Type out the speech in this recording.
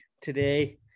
today